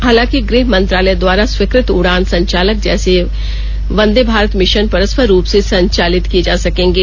हालांकि गृह मंत्रालय द्वारा स्वीकृत उड़ान संचालन जैसे कि वंदे भारत मिशन परस्पर रूप से संचालित किए जा सकेंगे